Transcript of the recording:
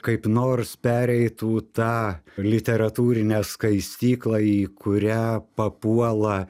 kaip nors pereitų tą literatūrinę skaistyklą į kurią papuola